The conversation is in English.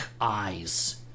eyes